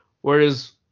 Whereas